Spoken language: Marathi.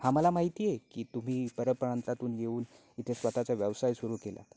हा मला माहिती आहे की तुम्ही परप्रांतातून येऊन इथे स्वतःचा व्यवसाय सुरू केलात